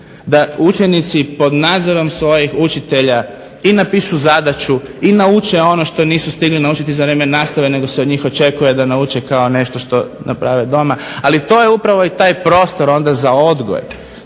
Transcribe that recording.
da učenici pod nadzorom svojih učitelja i napišu zadaću i nauče ono što nisu stigli naučiti za vrijeme nastave nego se od njih očekuje da nauče kao nešto što naprave doma, ali to je upravo i taj prostor onda za odgoj,